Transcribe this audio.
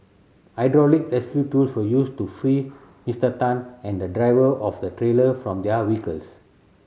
hydraulic rescue tools were used to free Mister Tan and the driver of the trailer from their vehicles